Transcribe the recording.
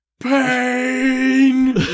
PAIN